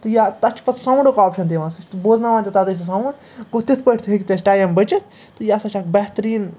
یا تَتھ چھِ پتہٕ ساونڈُک آپشَن تہِ یِوان سُہ چھِ بوزناوان تہِ تَتِتھۍ سُہ ساونٛڈ گوٚو تِتھ پٲٹھۍ تہِ ہٮ۪کہِ اَسہِ ٹایَم بٕچِتھ تہٕ یہِ ہسا چھِ اَکھ بہتریٖن